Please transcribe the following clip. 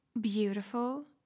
beautiful